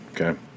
Okay